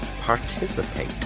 Participate